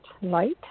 light